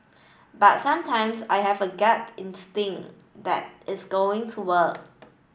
but sometimes I have a gut instinct that it's going to work